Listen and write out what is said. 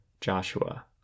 Joshua